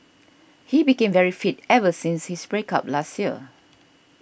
he became very fit ever since his break up last year